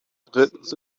drittens